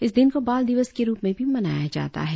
इस दिन को बाल दिवस के रुप में भी मनाया जाता है